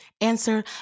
answer